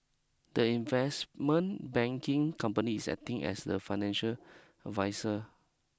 the investment banking company is acting as the financial adviser